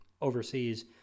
overseas